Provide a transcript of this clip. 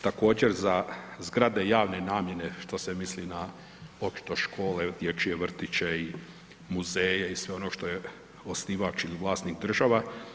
Također za zgrade javne namjene, što se mislim na očito škole, dječje vrtiće i muzeje i sve ono što je osnivač ili vlasnik država.